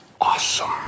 awesome